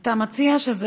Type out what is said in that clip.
אתה מציע,